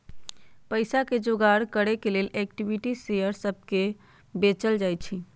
पईसा के जोगार करे के लेल इक्विटी शेयर सभके को बेचल जाइ छइ